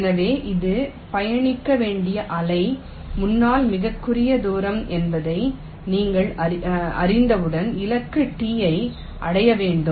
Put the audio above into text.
ஆகவே இது பயணிக்க வேண்டிய அலை முன்னால் மிகக் குறுகிய தூரம் என்பதை நீங்கள் அறிந்தவுடன் இலக்கு T புள்ளியை அடைய வேண்டும்